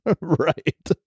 right